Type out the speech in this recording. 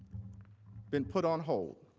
been put on hold.